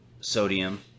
sodium